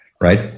right